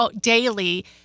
daily